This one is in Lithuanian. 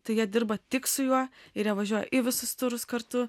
tai jie dirba tik su juo ir jie važiuoja į visus turus kartu